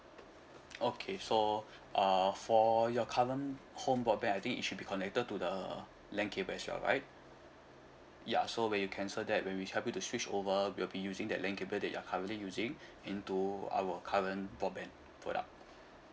okay so err for your current home broadband I think it should be connected to the LAN cable as well right ya so when you cancelled that we'll help you to switch over we'll be using that LAN cable that you're currently using into our current broadband product